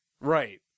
Right